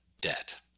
debt